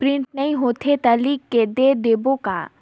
Print नइ होथे ता लिख के दे देबे का?